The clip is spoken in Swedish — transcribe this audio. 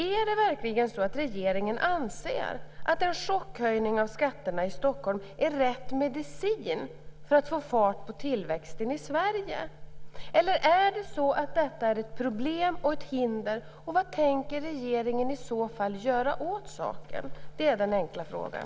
Anser verkligen regeringen att en chockhöjning av skatterna i Stockholm är rätt medicin för att få fart på tillväxten i Sverige eller är detta ett problem och ett hinder, och vad tänker regeringen i så fall göra åt saken?